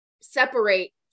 separate